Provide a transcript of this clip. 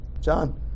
John